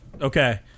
okay